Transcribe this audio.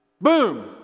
Boom